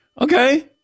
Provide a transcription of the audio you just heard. okay